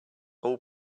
all